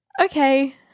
Okay